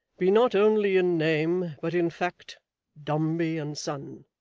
be not only in name but in fact dombey and son